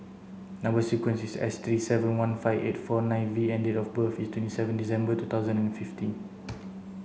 number sequence is S three seven one five eight four nine V and date of birth is twenty seven December two thousand and fifteen